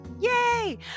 Yay